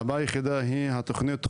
הבעיה היחידה היא תכנית חומש,